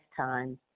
time